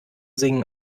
singen